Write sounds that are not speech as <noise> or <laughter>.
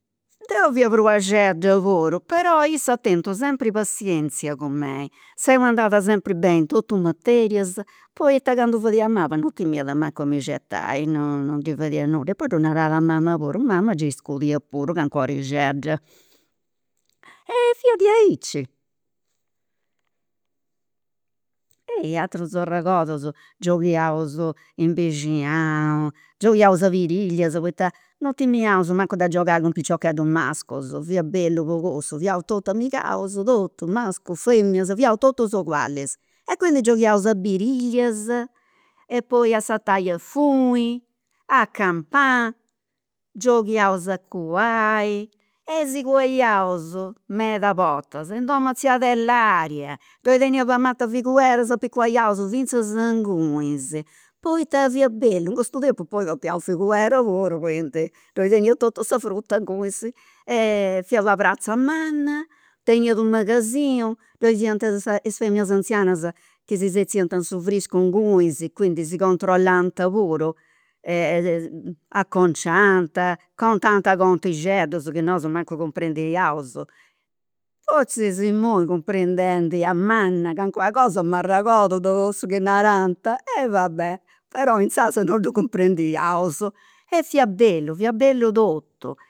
Deu fia pruaxedda puru però issa at tentu sempri passienzia cun mei, seu sempri andat beni in totus i' materias, poita candu fadia a mala non timiat mancu a mi certai, no non ndi fadiat nudda e poi ddu narat a mama puru e mama gei scudiat puru cancu orixedda. <hesitation> e fia diaicci. <hesitation> Aterus arregordus gioghiaus in bixinau, gioghiaus a birillias poita non timiaus mancu da giogai cun piciocheddus mascus, fiat bellu pocussu, fiaus totus amigaus, totus, mascus feminas, fiaus totus ogualis, e duncas gioghiaus a birillias e poi a sartai a funi, a campana, gioghiaus a cuai e si cuaiaus medas bortas in dom'e tzia Adelaria, ddoi teniat una mat'e figuera, s'apicuaiaus finzas ingunis poita fiat bellu, in custu tempus papaiaus figuera puru, quindi, ddoi teniat totu sa fruta ingunis <hesitation> e fiat una pratza manna, teniat u' magasinu, ddoi fiant is feminas anzianas chi si setziant in su friscu ingunis, duncas si controllant puru, <hesitation> acconciant, contant contixeddus chi nosu mancu cumprendiaus, forzis imui, cumprendendi a manna calincuna cosa m'arregordu de cussu chi narant, eh va bè, però insaras non ddu cumprendiaus e fiat bellu, fiat bellu totu